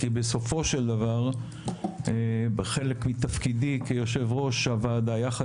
כי בסופו של דבר חלק מתפקידי כיושב-ראש הוועדה יחד